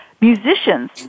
musicians